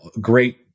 great